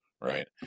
right